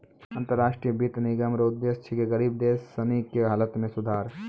अन्तर राष्ट्रीय वित्त निगम रो उद्देश्य छिकै गरीब देश सनी के हालत मे सुधार